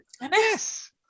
Yes